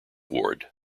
ward